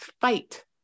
fight